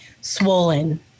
swollen